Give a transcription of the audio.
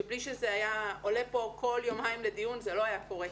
שמבלי שזה היה עולה פה כל יומיים לדיון זה לא היה קורה.